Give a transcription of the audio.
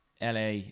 LA